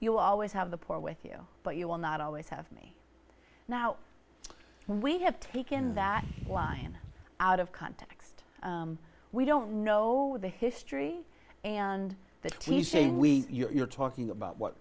you always have the poor with you but you will not always have me now we have taken that line out of context we don't know the history and the teaching we you're talking about what